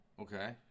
Okay